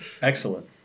Excellent